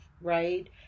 right